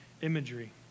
imagery